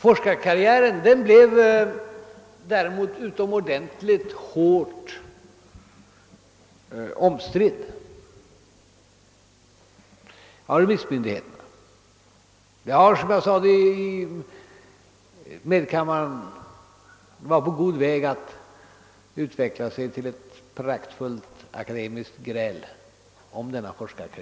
Forskarkarriären blev utomordentligt hårt omstridd bland remissmyndigheterna, och såsom jag sade i medkammaren höll det på att uppstå ett praktfullt akademiskt gräl om den saken.